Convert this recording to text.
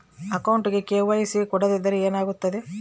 ಅಕೌಂಟಗೆ ಕೆ.ವೈ.ಸಿ ಕೊಡದಿದ್ದರೆ ಏನಾಗುತ್ತೆ?